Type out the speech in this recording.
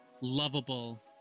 lovable